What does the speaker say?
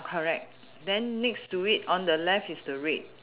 correct then next to it on the left is the red